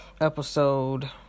episode